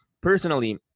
personally